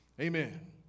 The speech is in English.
Amen